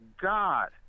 God